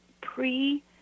pre